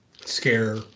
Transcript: scare